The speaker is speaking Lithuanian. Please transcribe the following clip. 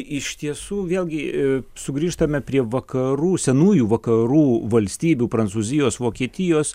iš tiesų vėlgi sugrįžtame prie vakarų senųjų vakarų valstybių prancūzijos vokietijos